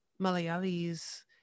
Malayalis